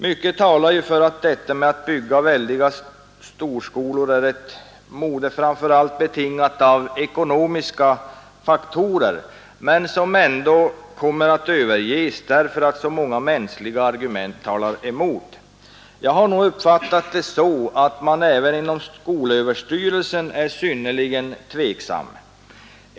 Mycket talar för att detta med att bygga väldiga storskolor är ett mode, framför allt betingat av ekonomiska faktorer, som ändå kommer att överges därför att så många mänskliga argument talar emot. Jag har nog uppfattat det så att man även inom skolöverstyrelsen är synnerligen tveksam.